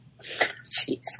Jeez